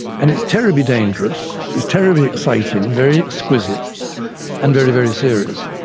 and it's terribly dangerous, it's terribly exciting, very exquisite and very, very serious.